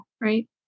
Right